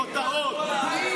כותרות.